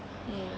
mm